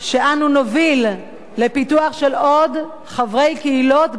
שאנו נוביל לפיתוח של עוד חברי קהילות,